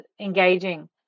engaging